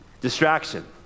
distraction